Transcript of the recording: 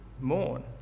mourn